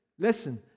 Listen